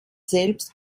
selbst